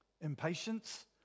Impatience